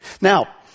Now